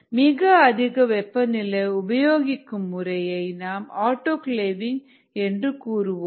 மிக அதிக வெப்பநிலை உபயோகிக்கும் முறையை நாம் ஆட்டோகிளேவிங் என்று கூறுவோம்